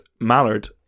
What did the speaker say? Mallard